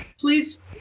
please